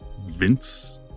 Vince